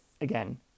again